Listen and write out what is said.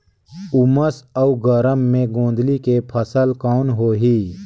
उमस अउ गरम मे गोंदली के फसल कौन होही?